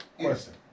Question